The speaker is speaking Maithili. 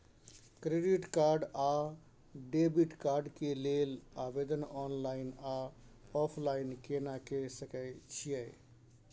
क्रेडिट कार्ड आ डेबिट कार्ड के लेल आवेदन ऑनलाइन आ ऑफलाइन केना के सकय छियै?